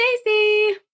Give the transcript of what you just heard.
Stacy